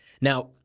Now